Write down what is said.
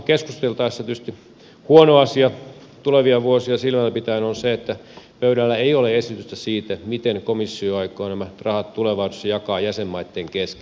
maaseuturahoituksesta keskusteltaessa tietysti huono asia tulevia vuosia silmällä pitäen on se että pöydällä ei ole esitystä siitä miten komissio aikoo nämä rahat tulevaisuudessa jakaa jäsenmaitten kesken